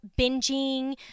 binging